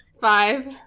Five